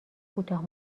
کوتاه